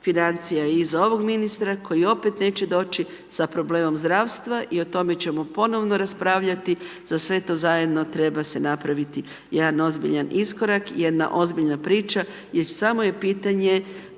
financija iza ovog ministra koji opet neće doći sa problemom zdravstva i o tome ćemo ponovono raspravljati, za sve to zajedno treba se napraviti jedan ozbiljan iskorak, jedna ozbiljna priča, jer samo je pitanje